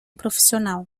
profissional